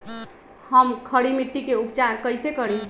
हम खड़ी मिट्टी के उपचार कईसे करी?